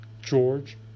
George